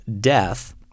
death